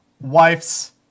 wife's